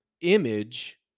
image